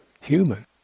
human